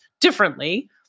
differently